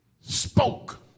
spoke